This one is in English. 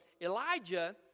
Elijah